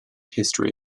history